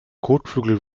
kotflügel